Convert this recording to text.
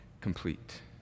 complete